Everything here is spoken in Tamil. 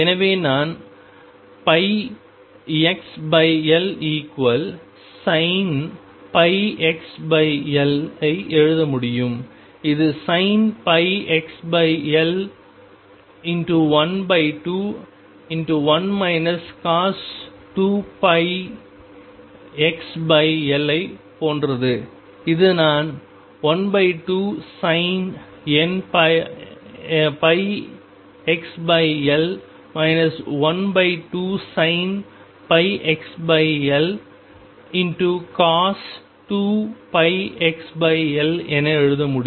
எனவே நான் πxL sin πxL πxL ஐ எழுத முடியும் இது sin πxL 121 cos 2πxL ஐப் போன்றது இது நான் 12sin πxL 12sin πxL cos 2πxL என எழுத முடியும்